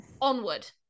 onward